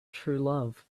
truelove